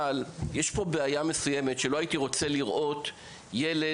אבל יש פה בעיה מסוימת שלא הייתי רוצה לראות ילד,